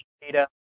data